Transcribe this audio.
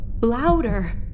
louder